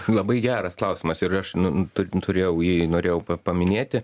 labai geras klausimas ir aš nu tu turėjau jį norėjau pa paminėti